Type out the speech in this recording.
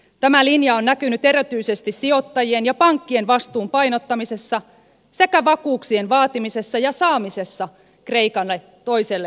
tämä linja on näkynyt erityisesti sijoittajien ja pankkien vastuun painottamisessa sekä vakuuksien vaatimisessa ja saamisessa kreikan toiselle lainaohjelmalle